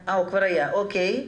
החינוך.